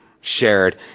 shared